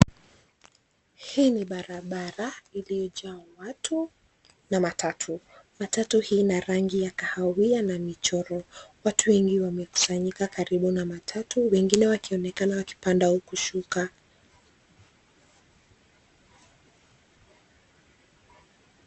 Hii ni barabara iliyo jaa watu na matatu, matatu hii ina rangi ya kahawia na michoro watu wengi wamekusanyika karibu na matatu wengine wakionekana wakipanda au kushuka.